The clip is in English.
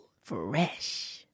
Fresh